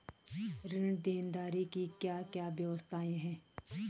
ऋण देनदारी की क्या क्या व्यवस्थाएँ हैं?